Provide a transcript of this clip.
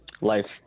life